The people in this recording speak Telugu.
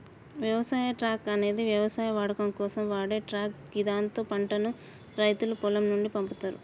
వ్యవసాయ ట్రక్ అనేది వ్యవసాయ వాడకం కోసం వాడే ట్రక్ గిదాంతో పంటను రైతులు పొలం నుండి పంపుతరు